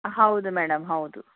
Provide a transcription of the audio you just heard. ಹೌದು ಮೇಡಮ್ ಹೌದು